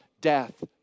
death